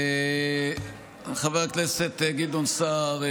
חבר הכנסת גדעון סער,